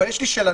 למשל,